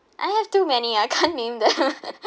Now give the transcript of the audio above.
I have too many I can't name them